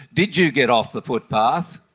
did you get off the footpath?